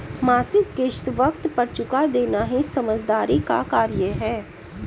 मासिक किश्त वक़्त पर चूका देना ही समझदारी का कार्य है